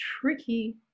tricky